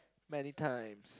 many times